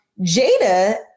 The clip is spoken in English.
Jada